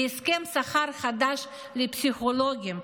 להסכם שכר חדש לפסיכולוגים,